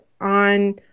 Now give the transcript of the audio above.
On